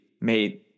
made